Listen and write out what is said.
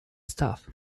staff